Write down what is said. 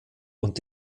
und